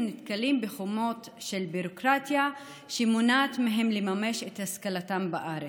הם נתקלים בחומות של ביורוקרטיה שמונעת מהם לממש את השכלתם בארץ.